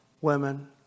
women